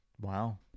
Wow